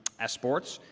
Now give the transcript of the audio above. as sports.